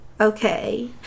Okay